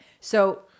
So-